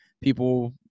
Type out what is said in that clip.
people